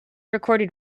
recorded